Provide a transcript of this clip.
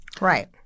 Right